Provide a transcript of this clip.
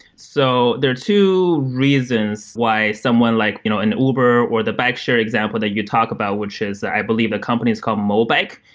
so there are two reasons why someone like you know an uber or the bikeshare example that you talk about, which is i believe that ah company is called mobike,